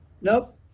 Nope